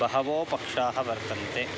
बहवो पक्षाः वर्तन्ते